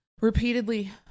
repeatedly